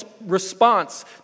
response